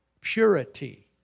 purity